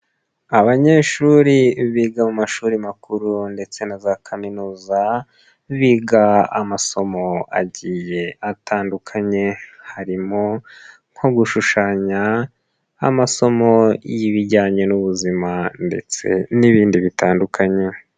Abanyeshuri biga mu mashuri makuru ndetse na za kaminuza, biga amasomo agiye atandukanye, harimo nko gushushanya, amasomo y'ibijyanye n'ubuzima ndetse n'ibindi bitandukanye.